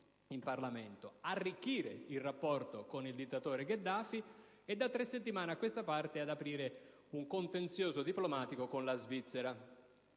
in Parlamento, arricchire il rapporto con il dittatore Gheddafi e, da tre settimane a questa parte, aprire un contenzioso diplomatico con la Svizzera.